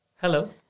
Hello